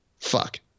Fuck